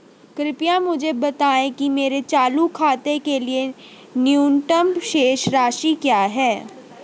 कृपया मुझे बताएं कि मेरे चालू खाते के लिए न्यूनतम शेष राशि क्या है